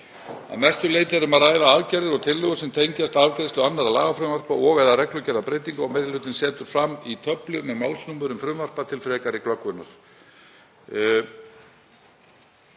Að mestu leyti er um að ræða aðgerðir og tillögur sem tengjast afgreiðslu annarra lagafrumvarpa og/eða reglugerðarbreytingum og meiri hlutinn setur fram töflu með málsnúmerum frumvarpa til frekari glöggvunar.